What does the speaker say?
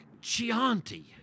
Chianti